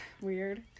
Weird